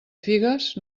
figues